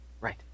Right